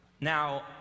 Now